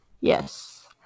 Yes